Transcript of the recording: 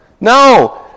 No